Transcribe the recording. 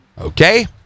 Okay